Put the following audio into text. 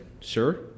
Sir